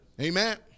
amen